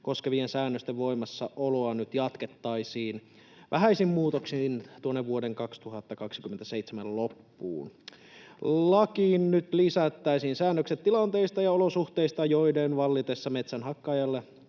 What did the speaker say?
koskevien säännösten voimassaoloa nyt jatkettaisiin vähäisin muutoksin tuonne vuoden 2027 loppuun. Lakiin lisättäisiin nyt säännökset tilanteista ja olosuhteista, joiden vallitessa metsänhakkaajalla